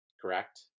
Correct